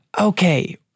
okay